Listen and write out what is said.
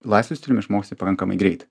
laisvu stilium išmoksi pakankamai greit